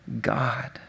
God